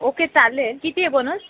okay चालेल किती आहे बोनस